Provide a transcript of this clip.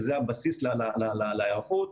שהוא הבסיס להיערכות,